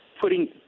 putting